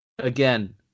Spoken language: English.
Again